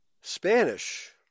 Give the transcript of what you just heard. Spanish